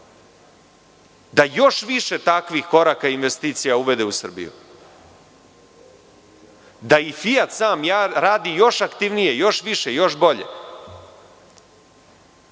da još više takvih koraka i investicija uvede u Srbiju, da i „Fijat“ sam radi još aktivnije, još više i bolje,